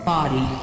Body